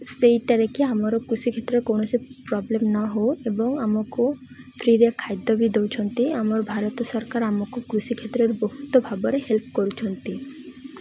ସେଇଟା ଦେଖି ଆମର କୃଷି କ୍ଷେତ୍ରରେ କୌଣସି ପ୍ରୋବ୍ଲେମ ନହଉ ଏବଂ ଆମକୁ ଫ୍ରିରେ ଖାଦ୍ୟ ବି ଦଉଛନ୍ତି ଆମର ଭାରତ ସରକାର ଆମକୁ କୃଷି କ୍ଷେତ୍ରରେ ବହୁତ ଭାବରେ ହେଲ୍ପ କରୁଛନ୍ତି